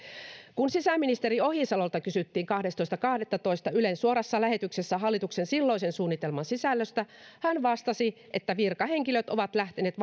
kun sisäministeri ohisalolta kysyttiin kahdestoista kahdettatoista ylen suorassa lähetyksessä hallituksen silloisen suunnitelman sisällöstä hän vastasi että virkahenkilöt ovat lähteneet